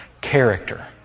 Character